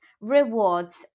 rewards